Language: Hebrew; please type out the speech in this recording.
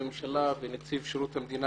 הכנסת,